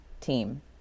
team